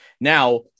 Now